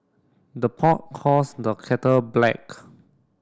the pot calls the kettle black